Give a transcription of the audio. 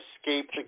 escape